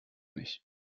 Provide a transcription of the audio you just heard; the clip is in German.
nicht